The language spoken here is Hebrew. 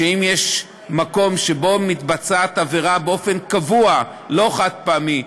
שאם יש מקום שבו מתבצעת עבירה באופן קבוע ולא חד-פעמי,